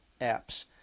apps